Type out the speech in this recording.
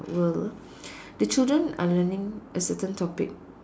will the children are learning a certain topic